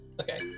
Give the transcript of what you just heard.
Okay